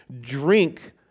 drink